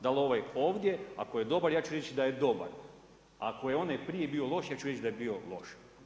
Dal' ovaj ovdje ako je dobar, ja ću reći da je dobar, ako je onaj prije bio loš, ja ću reći da je bio loš.